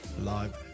live